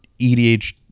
EDH